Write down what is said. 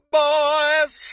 boys